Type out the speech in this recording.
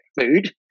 food